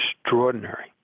extraordinary